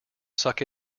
suck